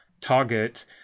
target